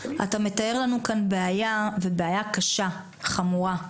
אתה מתאר לנו כאן בעיה קשה, חמורה,